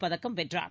பதக்கம் வென்றார்